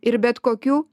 ir bet kokių